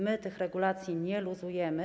My tych regulacji nie luzujemy.